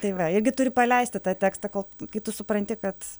tai va irgi turi paleisti tą tekstą kol kai tu supranti kad